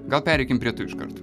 gal pereikim prie tu iškart